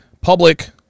public